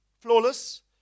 Flawless